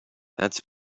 that’s